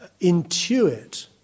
intuit